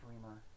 streamer